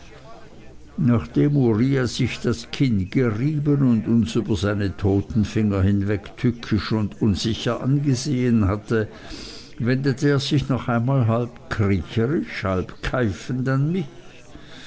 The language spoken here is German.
nachdem uriah sich das kinn gerieben und uns über seine totenfinger hinweg tückisch und unsicher angesehen hatte wendete er sich noch einmal halb kriecherisch halb keifend an mich